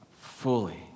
fully